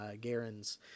garen's